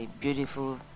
beautiful